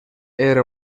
era